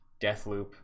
deathloop